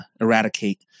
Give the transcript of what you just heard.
eradicate